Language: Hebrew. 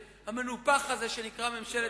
תקרא.